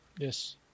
Yes